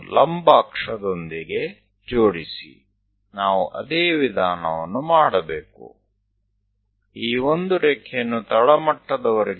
જો તે ઊભી અક્ષ સાથે એકરૂપ હોય તો સમાન પદ્ધતિ આપણે કરવી પડશે